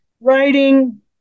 writing